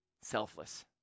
Selfless